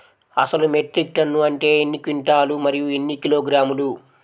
అసలు metric ton అంటే ఎన్ని క్వింటాలు మరియు ఎన్ని కిలోగ్రాములు?